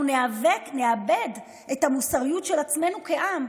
אנחנו נאבד את המוסריות של עצמנו כעם.